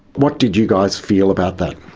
what did you guys feel about that?